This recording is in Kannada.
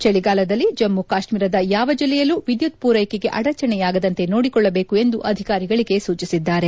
ಚಳಿಗಾಲದಲ್ಲಿ ಜಮ್ಮು ಕಾಶ್ಮೀರದ ಯಾವಜಿಲ್ಲೆಯಲ್ಲೂ ವಿದ್ಯುತ್ ಪೂರೈಕೆಗೆ ಅಡಚಣೆಯಾಗದಂತೆ ನೋಡಿಕೊಳ್ಳಬೇಕು ಎಂದು ಅಧಿಕಾರಿಗಳಿಗೆ ಸೂಚಿಸಿದರು